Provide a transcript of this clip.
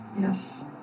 yes